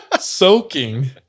Soaking